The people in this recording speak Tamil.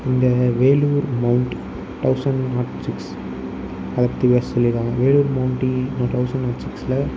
இந்த Vellore mount thousand not six அதை பற்றி விரிவாக சொல்லியிருக்காங்க வேலூர் மௌன்ட் தௌசண்ட் நாட் சிக்ஸில்